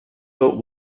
but